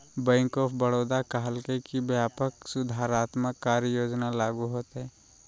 bank of Baroda कहलकय कि व्यापक सुधारात्मक कार्य योजना लागू होतय